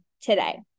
today